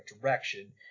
direction